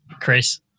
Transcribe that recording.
Chris